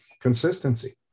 consistency